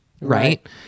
right